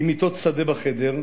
אבל עם מיטות שדה בחדר,